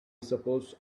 suppose